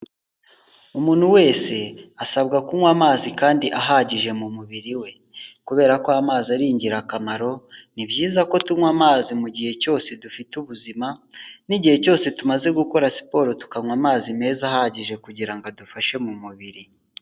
Umuntu wese asabwa kunywa amazi kandi ahagije mu mubiri we, kubera ko amazi ari ingirakamaro ni byiza ko tunywa amazi mugihe cyose dufite ubuzima, n'igihe cyose tumaze gukora siporo tukanywa amazi meza ahagije, kugirango adufashe mu mubiri.